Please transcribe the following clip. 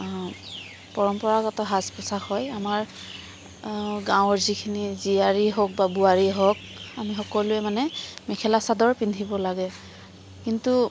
পৰম্পৰাগত সাজ পোচাক হয় আমাৰ গাঁৱৰ যিখিনি জীয়াৰী হওক বা বোৱাৰি হওক আমি সকলোৱে মানে মেখেলা চাদৰ পিন্ধিব লাগে কিন্তু